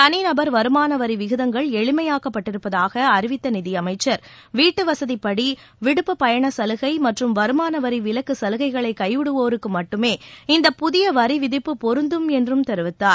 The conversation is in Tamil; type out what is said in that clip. தனிநபர் வருமான வரி விகிதங்கள் எளிமைப்படுத்தப்பட்டிருப்பதாக அறிவித்த நிதியமைச்சர் வீட்டு வசதிப் படி விடுப்புப் பயணச் சலுகை மற்றும் வருமான வரி விலக்குச் சலுகைகளை கைவிடுவோருக்கு மட்டுமே இந்தப் புதிய வரிவிதிப்பு பொருந்தும் என்றும் தெரிவித்தார்